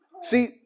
See